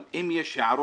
אבל אם יש הערות,